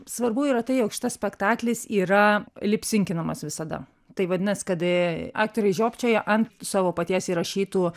svarbu yra tai jog šitas spektaklis yra lipsinkinamas visada tai vadinasi kad aktoriai žiopčioja ant savo paties įrašytų